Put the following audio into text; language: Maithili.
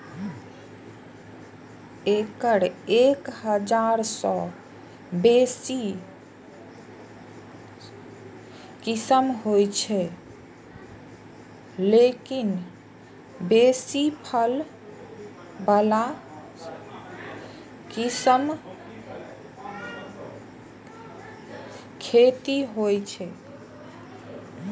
एकर एक हजार सं बेसी किस्म होइ छै, लेकिन बेसी फल बला किस्मक खेती होइ छै